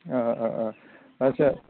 आदसा